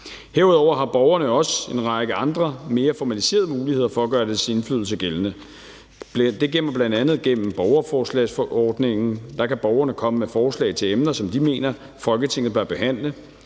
Herudover har borgerne også en række andre mere formaliserede muligheder for at gøre deres indflydelse gældende. Det er bl.a. igennem borgerforslagsordningen; der kan borgerne komme forslag til emner, som de mener Folketinget bør behandle,